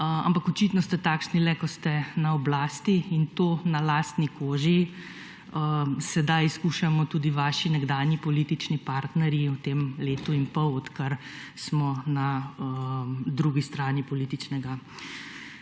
ampak očitno ste takšni le, ko ste na oblasti in to na lastni koži sedaj skušamo tudi vaši nekdanji politični partnerji v tem letu in pol od kar smo na drugi strani političnega